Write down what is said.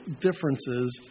differences